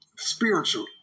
Spiritual